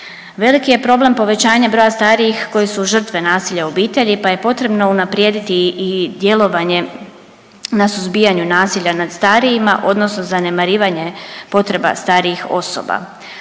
Veliki je problem povećanja broj starijih koje su žrtve nasilja u obitelji pa je potrebno unaprijediti i djelovanje na suzbijanju nasilja nad starijima odnosno zanemarivanje potreba starijih osoba.